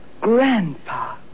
Grandpa